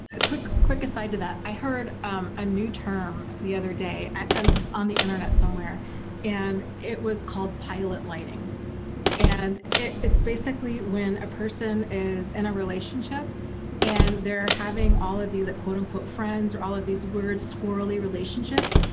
ah quick quick aside to that. i heard a new term the other day and on the internet somewhere and it was called pilot lighting and it's basically when a person is in and a relationship and they're having all of these quote-unquote friends or all of these words, squirrelly relationships,